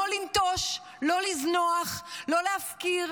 לא לנטוש, לא לזנוח, לא להפקיר.